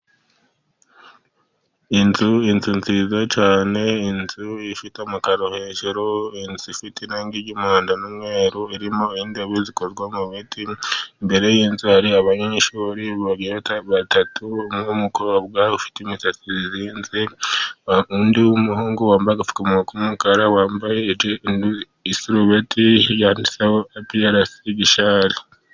Inzu, inzu nziza cyane, inzu ifite amakaro hejuru, inzu ifite inangi ry'umuhondo n'umweru, irimo intebe zikorwa mu biti, imbere y'inzu hari abanyeshuri batatu umwe w'umukobwa ufiteyite imisatsi izinze, undi w'umuhungu wambaye agapfukamunwa k'umkara, wambaye isurubeti yanditseho Epiyarasi Gishari.